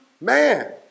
man